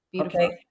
Okay